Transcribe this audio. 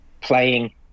playing